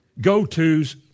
go-to's